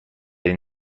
این